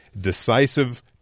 decisive